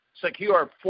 Secure